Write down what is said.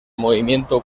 movimiento